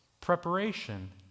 Preparation